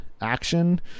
action